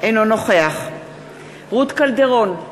אינו נוכח רות קלדרון,